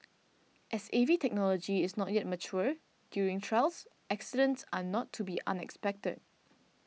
as A V technology is not yet mature during trials accidents are not to be unexpected